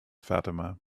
fatima